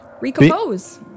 recompose